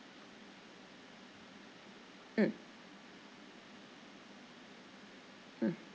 mm mm